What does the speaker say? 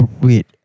wait